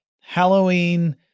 Halloween